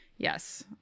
Yes